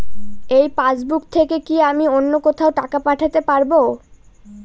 এই পাসবুক থেকে কি আমি অন্য কোথাও টাকা পাঠাতে পারব?